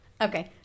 Okay